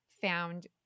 found